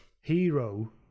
hero